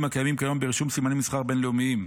הקיימים כיום ברישום סימני מסחר בין-לאומיים.